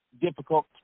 difficult